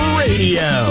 radio